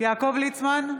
יעקב ליצמן,